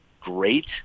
great